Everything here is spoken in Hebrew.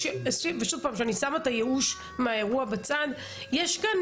כשאני שמה את הייאוש מהאירוע בצד - יש כאן